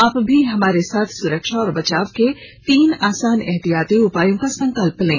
आप भी हमारे साथ सुरक्षा और बचाव के तीन आसान एहतियाती उपायों का संकल्प लें